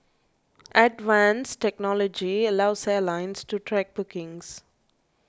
advanced technology allows airlines to track bookings